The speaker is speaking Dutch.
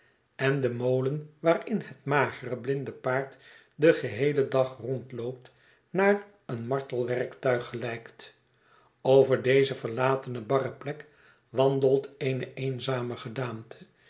en de molen waarin het magere blinde paard den geheelen dag rondloopt naar een martelwerktuig gelijkt over deze verlatene barre plek wandelt eene eenzame gedaante